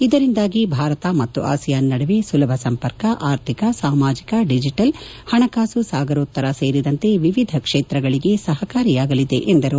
ಇದರಿಂದಾಗಿ ಭಾರತ ಮತ್ತು ಆಸಿಯಾನ್ ನಡುವೆ ಸುಲಭ ಸಂಪರ್ಕ ಅರ್ಥಿಕ ಸಾಮಾಜಿಕ ಡಿಜಿಟಲ್ ಪಣಕಾಸು ಸಾಗರೋತ್ತರ ಸೇರಿದಂತೆ ಎವಿಧ ಕ್ಷೇತ್ರಗಳಿಗೆ ಸಪಕಾರಿಯಾಗಲಿದೆ ಎಂದರು